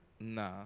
Nah